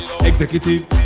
Executive